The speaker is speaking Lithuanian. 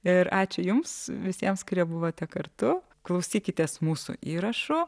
ir ačiū jums visiems kurie buvote kartu klausykitės mūsų įrašų